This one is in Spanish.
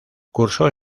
cursó